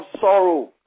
sorrow